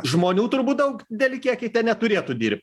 žmonių turbūt daug dideli kiekiai ten neturėtų dirbti